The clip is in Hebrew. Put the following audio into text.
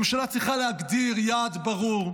הממשלה צריכה להגדיר יעד ברור,